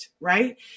right